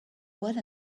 what